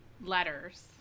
letters